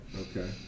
okay